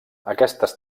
aquestes